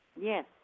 Yes